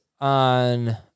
on